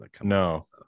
No